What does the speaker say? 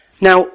Now